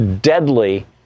deadly